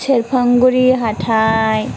सेरफांगुरि हाथाइ